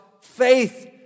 faith